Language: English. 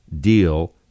deal